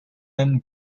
and